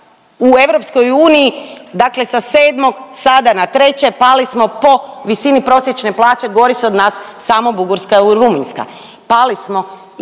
u EU dakle sa 7 sada na treće pali smo po visini prosječne plaće, gori su od nas samo Bugarska i Rumunjska.